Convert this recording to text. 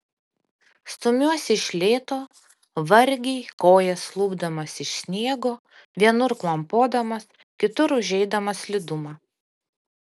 stumiuosi iš lėto vargiai kojas lupdamas iš sniego vienur klampodamas kitur užeidamas slidumą